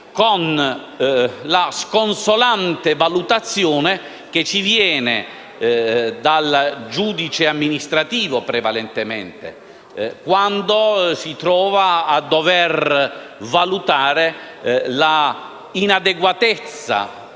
con la sconsolante valutazione che ci viene dal giudice amministrativo prevalentemente quando si trova a dover valutare l'inadeguatezza